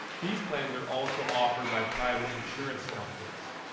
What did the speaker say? these plans are also offered by private insurance companies.